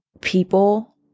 people